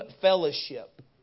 fellowship